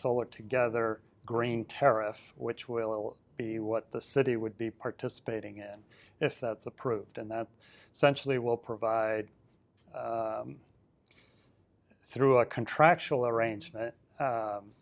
solar together green tariffs which will be what the city would be participating in if that's approved and that centrally will provide through a contractual arrangement